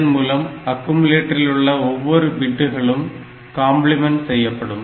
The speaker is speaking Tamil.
இதன் மூலம் அக்குமுலேட்டரில் உள்ள ஒவ்வொரு பிட்களும் கம்பிளிமெண்ட் செய்யப்படும்